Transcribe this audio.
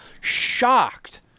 shocked